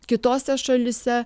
kitose šalyse